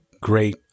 great